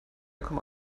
komma